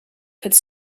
could